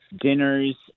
Dinners